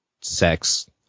sex